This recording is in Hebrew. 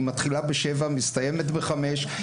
היא מתחילה ב-7:00 ומסתיימת ב-17:00.